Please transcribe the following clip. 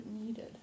needed